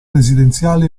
residenziali